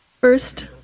first